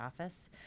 office